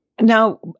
Now